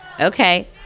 Okay